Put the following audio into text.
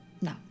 No